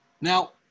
Now